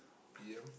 P_M